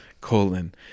colon